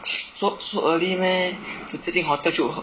so so early meh 直接进 hotel 就喝